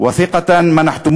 ולא כיבוד, אמון שנתתם